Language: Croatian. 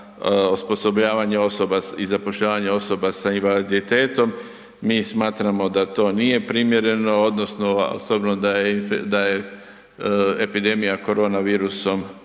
osposobljavanje osoba i zapošljavanje osoba sa invaliditetom, mi smatramo da to nije primjereno odnosno s obzirom da je, da je epidemija koronavirusom